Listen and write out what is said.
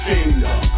Kingdom